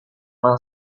main